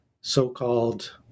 so-called